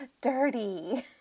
Dirty